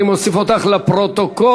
אני מוסיף אותך לפרוטוקול,